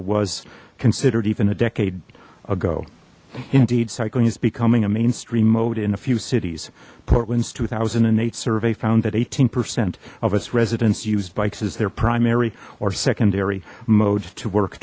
it was considered even a decade ago indeed cycling is becoming a mainstream mode in a few cities portland's two thousand and eight survey found that eighteen percent of us residents used bikes as their primary or secondary mode to work